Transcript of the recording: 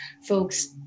folks